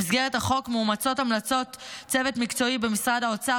במסגרת החוק מאומצות המלצות צוות מקצועי במשרד האוצר